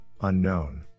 unknown